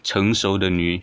成熟的女